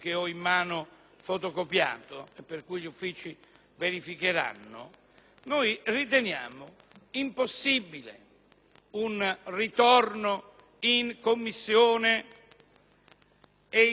- riteniamo impossibile un ritorno in Commissione per una verifica relativa all'elezione.